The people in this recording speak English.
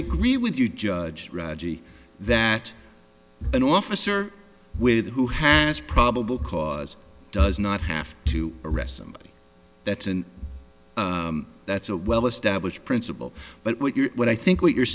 agree with you judge reggie that an officer with who has probable cause does not have to arrest somebody that's and that's a well established principle but what you're what i think what you're